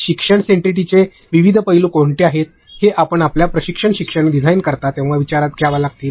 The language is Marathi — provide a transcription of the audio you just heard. शिक्षण सेंटरिटीचे विविध पैलू कोणते आहेत जे आपण आपल्या प्रमाणात शिक्षणात डिझाइन करता तेव्हा विचारात घ्याव्या लागतील